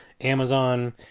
Amazon